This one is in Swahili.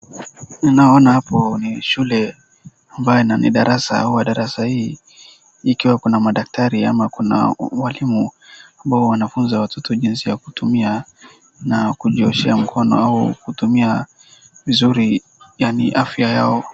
Naona hapo ni shule ambayo na ni darasa, ama darasa hii, ikiwa kuna madaktari ama kuna walimu ambao wanafunza watoto jinsi ya kutumia na kujioshea mkono, au kutumia vizuri yaani afya yao.